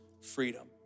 freedom